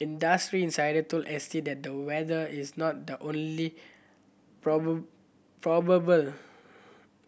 industry insider told S T that the weather is not the only probable